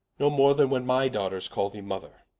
no more, then when my daughters call thee mother.